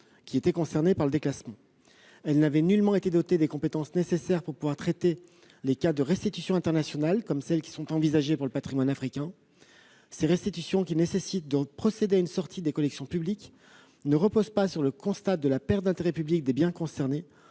des biens concernés. Elle n'avait nullement été dotée des compétences nécessaires pour traiter les cas de restitutions internationales, comme celles qui sont envisagées pour le patrimoine africain. Ces restitutions, qui nécessitent de procéder à une sortie des collections publiques, ne reposent pas sur le constat de la perte d'intérêt public des biens concernés,